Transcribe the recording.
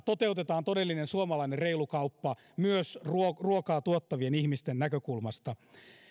toteutetaan todellinen suomalainen reilu kauppa myös ruokaa ruokaa tuottavien ihmisten näkökulmasta